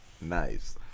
Nice